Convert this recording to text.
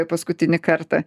paskutinį kartą